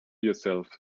yourself